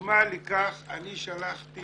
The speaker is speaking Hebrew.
דוגמה לכך שלחתי